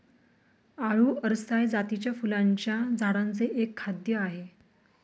आळु अरसाय जातीच्या फुलांच्या झाडांचे एक खाद्य आहे